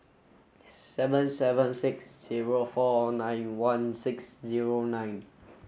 seven seven six zero four nine one six zero nine